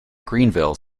greenville